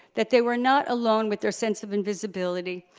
that they were not alone with their sense of invisibility,